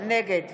נגד